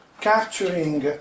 capturing